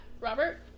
Robert